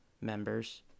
members